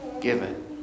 given